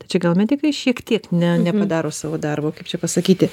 tai čia gal medikai šiek tiek ne nepadaro savo darbo kaip čia pasakyti